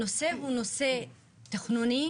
הנושא הוא נושא תכנוני,